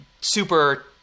super